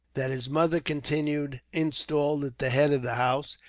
that his mother continued installed at the head of the house,